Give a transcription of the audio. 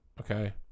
Okay